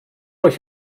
euch